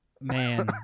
man